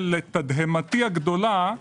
לתדהמתי הגדולה